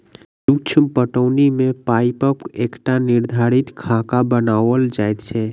सूक्ष्म पटौनी मे पाइपक एकटा निर्धारित खाका बनाओल जाइत छै